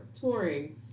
touring